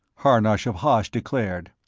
harnosh of hosh declared.